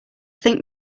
think